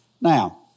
Now